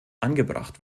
angebracht